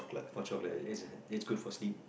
hot chocolate is good for sleep